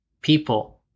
people